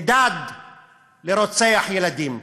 הידד לרוצח ילדים.